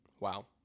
Wow